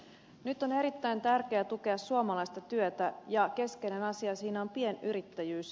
nyt on erittäin tärkeä tukea suomalaista työtä ja keskeinen asia siinä on pienyrittäjyys